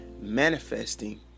manifesting